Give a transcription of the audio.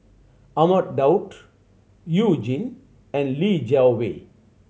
Ahmad Daud You Jin and Li Jiawei